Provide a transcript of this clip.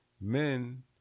men